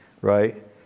right